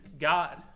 God